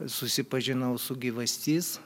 susipažinau su gyvastis